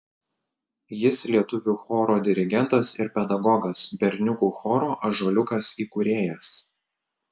jis lietuvių choro dirigentas ir pedagogas berniukų choro ąžuoliukas įkūrėjas